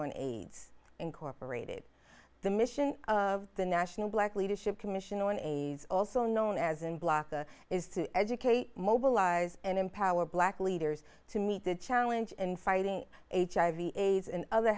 on aids incorporated the mission of the national black leadership commission on aids also known as in block a is to educate mobilize and empower black leaders to meet the challenge and fighting hiv aids and other